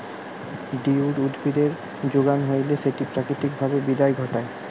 weed উদ্ভিদের যোগান হইলে সেটি প্রাকৃতিক ভাবে বিপদ ঘটায়